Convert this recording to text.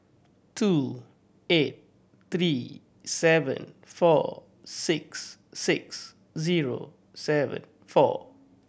two eight three seven four six six zero seven four